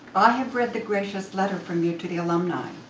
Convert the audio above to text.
i have read the gracious letter from you to the alumni.